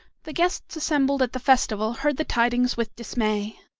the guests assembled at the festival heard the tidings with dismay.